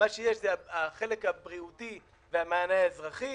מה שיש זה החלק הבריאותי והמענה האזרחי